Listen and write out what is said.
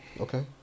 Okay